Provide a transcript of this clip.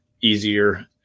easier